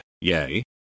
yay